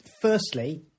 firstly